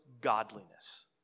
godliness